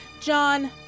John